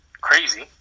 crazy